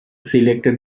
selected